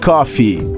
Coffee